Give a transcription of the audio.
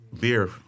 beer